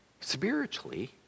Spiritually